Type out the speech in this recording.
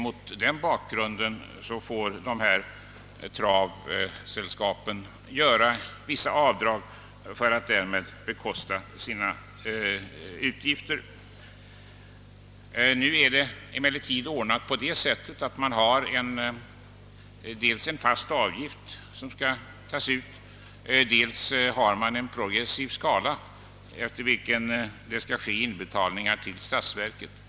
Mot den bakgrunden får travsällskapen görå vissa avdrag för att därmed klara sina utgifter. Man tillämpar nu dels en fast avgift, dels en progressiv skala, enligt vilken inbetalningar till statsverket sker.